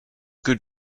good